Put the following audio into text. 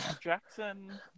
Jackson